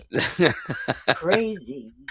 Crazy